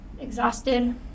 exhausted